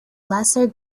lesser